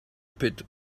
pit